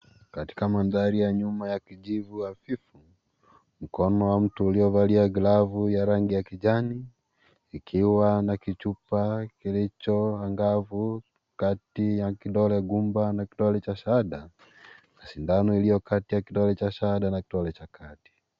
Katika Mandhari ya nyuma ya kijivu wa vivu mkono wa mtu uliovalia glavu ya rangi ya kijani ikiwa na kichupa kilicho ngavu Kati ya kidole gumba na kidole cha shahada sindano iliyo na kidole cha shahada na kidole cha Kati.